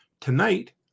tonight